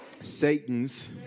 Satan's